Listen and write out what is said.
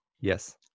Yes